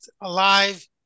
alive